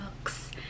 books